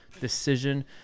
decision